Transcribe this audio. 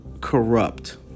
corrupt